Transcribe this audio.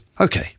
Okay